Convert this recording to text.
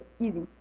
easy